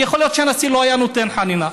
כי יכול להיות שהנשיא לא היה נותן חנינה,